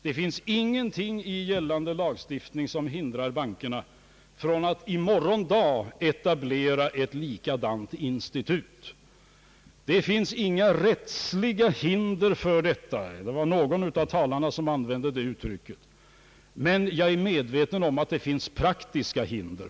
Det står ingenting i gällande lagstiftning som hindrar bankerna från att i morgon dag etablera ett likadant institut. Det finns inga rättsliga hinder för detta. Någon av talarna använde det uttrycket. Men jag är medveten om att det finns praktiska hinder.